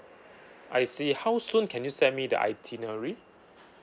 I see how soon can you send me the itinerary